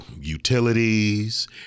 utilities